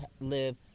live